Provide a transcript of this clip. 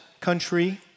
country